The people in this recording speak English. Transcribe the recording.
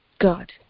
God